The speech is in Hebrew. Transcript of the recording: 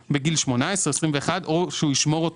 או בגיל 18 או 21, או שהוא ישמור אותו